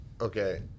Okay